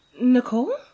Nicole